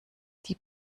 die